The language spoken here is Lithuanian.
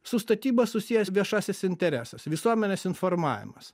su statyba susijęs viešasis interesas visuomenės informavimas